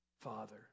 Father